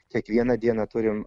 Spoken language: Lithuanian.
kiekvieną dieną turim